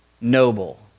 noble